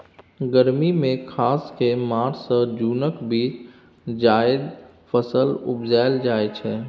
गर्मी मे खास कए मार्च सँ जुनक बीच जाएद फसल उपजाएल जाइ छै